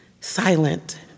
silent